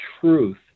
truth